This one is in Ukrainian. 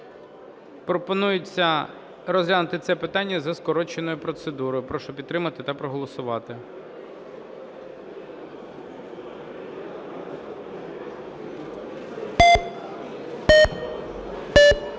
Пропонується розглянути це питання за скороченою процедурою. Прошу підтримати та проголосувати.